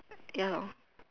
ya lor